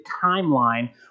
timeline